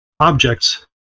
objects